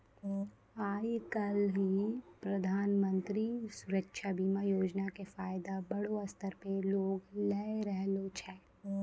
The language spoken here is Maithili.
आइ काल्हि प्रधानमन्त्री सुरक्षा बीमा योजना के फायदा बड़ो स्तर पे लोग लै रहलो छै